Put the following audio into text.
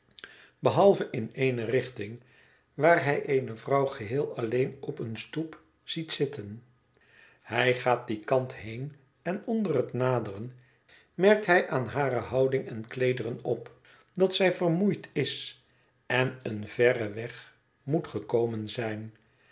behalve in ééne richting waar hij eene vrouw geheel alleen op eene stoep ziet zitten hij gaat dien kant heen en onder het naderen merkt hij aan hare houding en kleederen op dat zij vermoeid is en een verren weg moet gekomen zijn